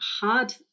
hard